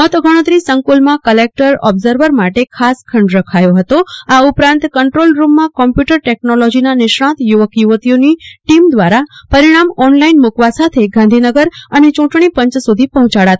મતગણતરી સંકુલમાં collector observer માટે ખાસ ખંડ રખાયો ફતો આ ઉપરાંત કંટ્રોલ રૂમમાં કોમ્પ્યુટર ટેકનોલોજીના નિષ્ણાત યુવક યુવતીની ટીમ દ્વારા પરિણામ ઓનલાઇન મૂકવા સાથે ગાંધીનગર અને ચૂંટણી પંચ સુધી પહોંચાડાતા હતા